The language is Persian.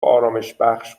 آرامشبخش